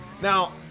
Now